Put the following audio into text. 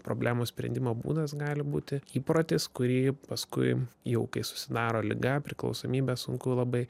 problemų sprendimo būdas gali būti įprotis kurį paskui jau kai susidaro liga priklausomybę sunku labai